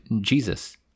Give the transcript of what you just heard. Jesus